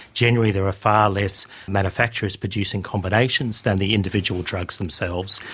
generally there are far less manufacturers producing combinations than the individual drugs themselves.